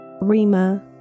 Rima